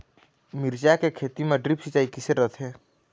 मिरचा के खेती म ड्रिप सिचाई किसे रथे?